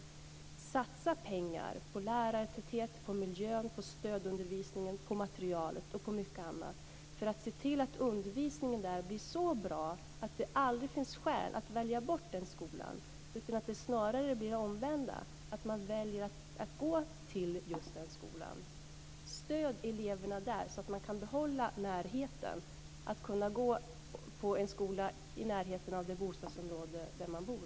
Jag vill satsa pengar på lärartäthet, miljö, stödundervisning, materialet och mycket annat för att se till att undervisningen där blir så bra att det aldrig finns skäl att välja bort den skolan utan snarare det omvända, att man väljer att gå till just den skolan. Vi ska stödja eleverna där så att de kan behålla närheten, så att de kan gå på en skola i närheten av det bostadsområde där de bor.